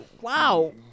Wow